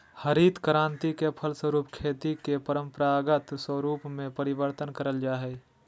हरित क्रान्ति के फलस्वरूप खेती के परम्परागत स्वरूप में परिवर्तन करल जा हइ